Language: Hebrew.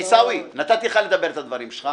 עיסאווי, נתתי לך לדבר את הדברים שלך.